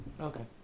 Okay